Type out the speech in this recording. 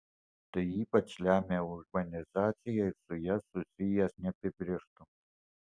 tai ypač lemia urbanizacija ir su ja susijęs neapibrėžtumas